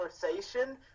conversation